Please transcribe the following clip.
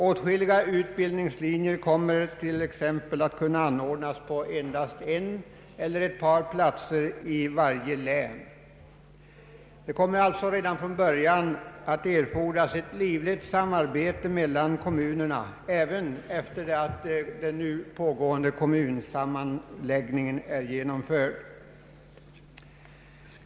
Åtskilliga utbildningslinjer kommer t.ex. att kunna anordnas på endast en eller ett par platser i varje län. Det kommer alltså redan från början att erfordras ett livligt samarbete mellan olika kommuner, även sedan den nu pågående kommunsammanslagningen är genomförd.